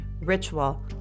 ritual